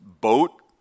boat